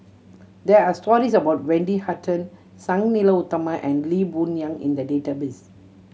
there are stories about Wendy Hutton Sang Nila Utama and Lee Boon Yang in the database